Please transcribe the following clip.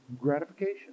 gratification